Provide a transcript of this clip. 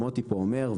מוטי פה אומר,